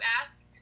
ask